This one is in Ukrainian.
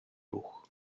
рух